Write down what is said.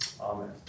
Amen